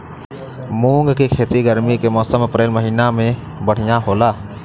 मुंग के खेती गर्मी के मौसम अप्रैल महीना में बढ़ियां होला?